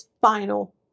final